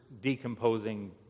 decomposing